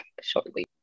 shortly